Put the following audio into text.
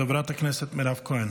חברת הכנסת מירב כהן,